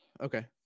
Okay